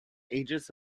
aegis